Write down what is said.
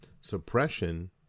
suppression